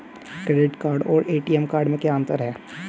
Credit card और ATM card में क्या अंतर है?